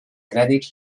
crèdit